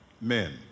men